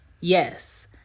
yes